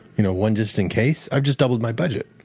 you know one just in case i've just doubled my budget.